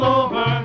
over